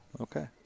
okay